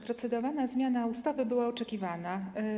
Procedowana zmiana ustawy była oczekiwana.